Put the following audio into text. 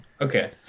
Okay